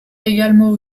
également